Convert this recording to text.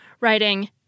writing